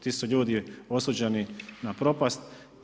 Ti su ljudi osuđeni na propast.